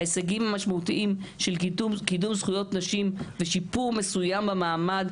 ההישגים המשמעותיים של קידום זכויות נשים ושיפור מסוים במעמד,